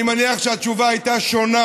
אני מניח שהתשובה הייתה שונה.